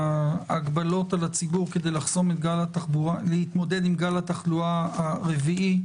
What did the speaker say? ההגבלות על הציבור כדי להתמודד עם גל התחלואה הרביעי,